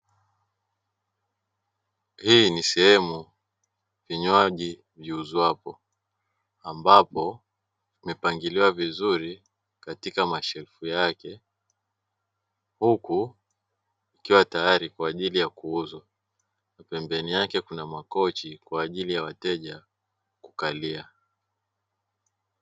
Hii ni sehemu vinywaji viuzwapo; ambapo vimepangiliwa vizuri katika mashelfu yake, huku vikiwa tayari kwa ajili ya kuuzwa. Pembeni yake kuna makochi kwa ajili ya wateja kukalia.